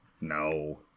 no